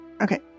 Okay